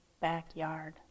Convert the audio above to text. backyard